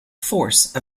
force